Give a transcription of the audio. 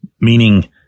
meaning